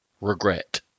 regret